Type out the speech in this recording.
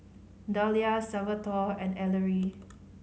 Dahlia Salvatore and Ellery